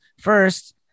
First